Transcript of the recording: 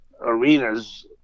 arenas